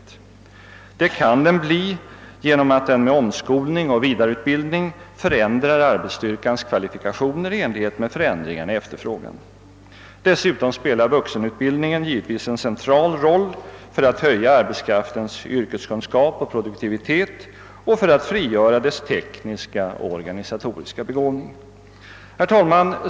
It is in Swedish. Och den kan bli ett sådant medel genom att den med omskolning och vidareutbildning förändrar arbetsstyrkans kvalifikation i enlighet med förändringarna i efterfrågan. Dessutom spelar vuxenmutbildningen givetvis en central roll för att höja arbetskraftens yrkeskunskap och produktivitet och för att frigöra dess tekniska och organisatoriska begåvning. Herr talman!